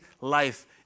life